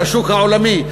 של השוק העולמי,